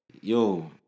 Yo